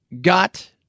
Got